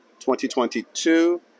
2022